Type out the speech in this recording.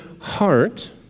heart